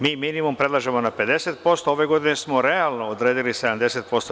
Minimum predlažemo na 50%, ove godine smo realno odredili 70%